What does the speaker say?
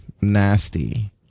nasty